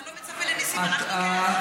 אתה לא מצפה לניסים, אנחנו כן.